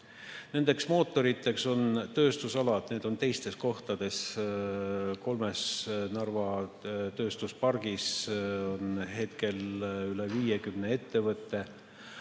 Nendeks mootoriteks on tööstusalad, need on teistes kohtades. Kolmes Narva tööstuspargis on üle 50 ettevõtte.